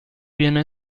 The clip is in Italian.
viene